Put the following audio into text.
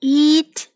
eat